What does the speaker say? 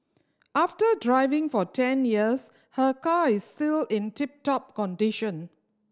after driving for ten years her car is still in tip top condition